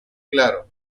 claro